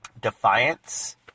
Defiance